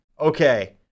Okay